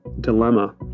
dilemma